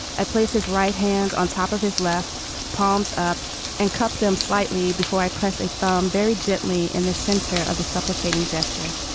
i place his right hand on top of his left palms up and cupped them slightly before i press a thumb very gently in the center of the supplicating gesture.